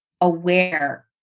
aware